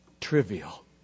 trivial